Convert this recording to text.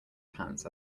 pants